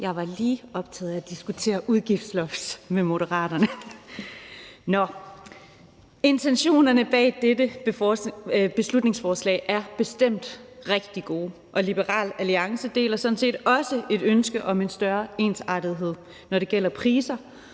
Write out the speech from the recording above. Jeg var lige optaget af at diskutere udgiftsloft med Moderaterne. Intentionerne bag dette beslutningsforslag er bestemt rigtig gode, og Liberal Alliance deler sådan set også ønsket om en større ensartethed, når det gælder priser